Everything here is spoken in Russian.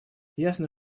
ясно